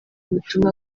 butumwa